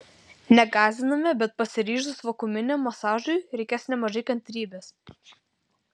negąsdiname bet pasiryžus vakuuminiam masažui reikės nemažai kantrybės